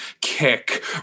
kick